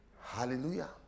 hallelujah